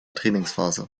trainingsphase